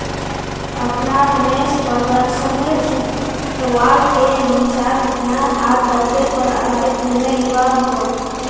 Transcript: अपनार निवेश प्रदर्शनेर सुधरवार के हमसाक ज्ञान आर तर्केर पर आधारित निर्णय लिबा हतोक